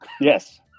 Yes